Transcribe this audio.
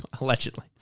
Allegedly